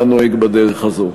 היה נוהג בדרך הזו.